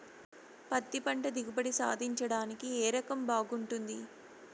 పత్తి పంట దిగుబడి సాధించడానికి ఏ రకం బాగుంటుంది?